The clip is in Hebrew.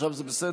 עכשיו זה בסדר?